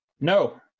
No